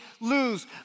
lose